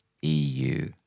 eu